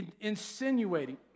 Insinuating